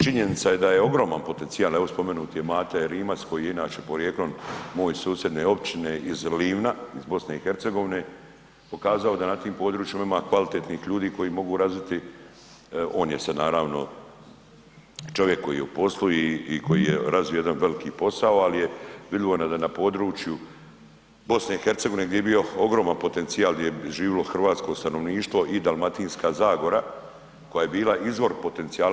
Činjenica je da je ogroman potencijal, evo spomenut je Mate Rimac koji je inače porijeklom moj susjedne općine iz Livna iz BiH pokazao da na tim područjima ima kvalitetnih ljudi koji mogu razviti, on je se naravno čovjek koji je u poslu i koji je razvio jedan veliki posao, ali je vidljivo da je na području BiH gdje je bio ogroman potencijal, gdje je živjelo hrvatsko stanovništvo i Dalmatinska zagora koja je bila izvor potencijala.